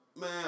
Man